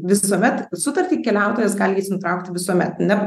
visuomet sutartį keliautojas gali nutraukti visuomet net